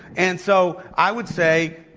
and so, i would say,